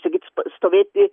kaip sakyt stovėti